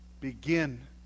Begin